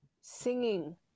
singing